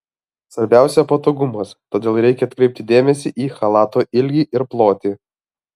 svarbiausia patogumas todėl reikia atkreipti dėmesį į chalato ilgį ir plotį